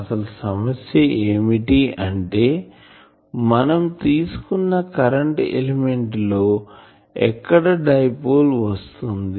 అసలు సమస్య ఏమిటి అంటే మనం తీసుకున్న కరెంటు ఎలిమెంట్ లో ఎక్కడ డైపోల్ వస్తుంది